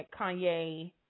Kanye